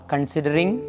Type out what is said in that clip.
Considering